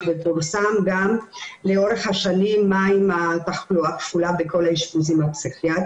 לא כל האנשים שסובלים מתחלואה כפולה מגיעים לאשפוז.